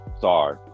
Sorry